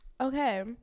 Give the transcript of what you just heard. Okay